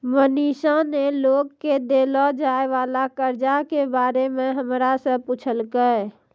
मनीषा ने लोग के देलो जाय वला कर्जा के बारे मे हमरा से पुछलकै